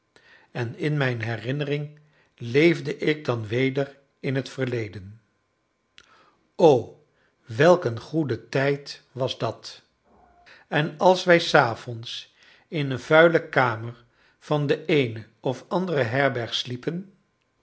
en in mijn herinnering leefde ik dan weder in het verleden o welk een goede tijd was dat en als wij s avonds in een vuile kamer van de eene of andere herberg sliepen